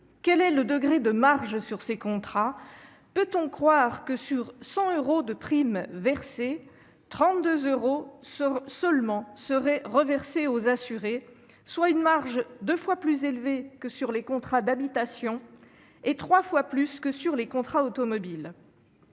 Quel est le degré de marge sur ces contrats ? Peut-on croire que, sur 100 euros de primes collectées, 32 euros seulement seraient reversés aux assurés, soit une marge deux fois plus élevée que sur les contrats d'habitation et trois fois plus que sur les contrats automobiles ?